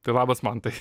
tai labas mantai